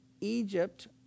Egypt